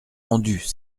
rendue